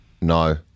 No